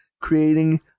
creating